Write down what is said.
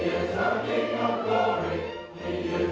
yeah yeah